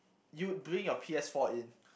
you bring your P_S-four in